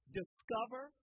discover